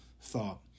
thought